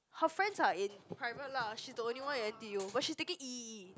her friends are in private lah she's the only one in n_t_u but she's taking E_E_E